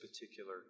particular